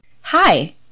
Hi